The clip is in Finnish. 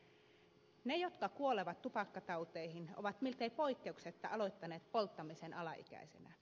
ne jotka kuolevat tupakkatauteihin ovat miltei poikkeuksetta aloittaneet polttamisen alaikäisinä